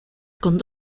con